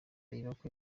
ibakwe